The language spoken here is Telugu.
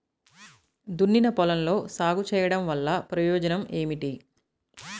దున్నిన పొలంలో సాగు చేయడం వల్ల ప్రయోజనం ఏమిటి?